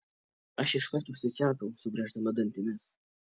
aš iškart užsičiaupiau sugrieždama dantimis